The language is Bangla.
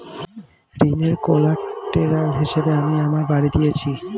ঋনের কোল্যাটেরাল হিসেবে আমি আমার বাড়ি দিয়েছি